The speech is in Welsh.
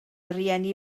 rieni